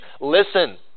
Listen